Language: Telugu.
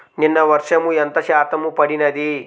నిన్న వర్షము ఎంత శాతము పడినది?